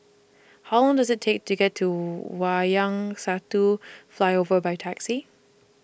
How Long Does IT Take to get to Wayang Satu Flyover By Taxi